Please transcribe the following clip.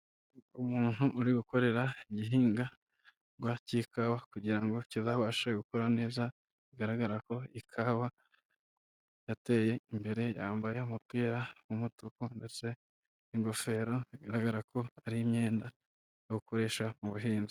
Umuntu uri gukorera igihinga ngwa cy'ikawa kugira ngo kizabashe gukora neza, bigaragara ko ikawa yateye imbere yambaye umupira w'umutuku ndetse n'ingofero, bigaragara ko ari imyenda yo gukoresha mu buhinzi.